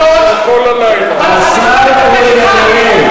השר אריאל.